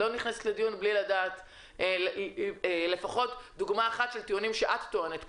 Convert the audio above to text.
לא הייתי נכנסת לדיון בלי לדעת לפחות דוגמה אחת לטיעונים שאת טוענת פה,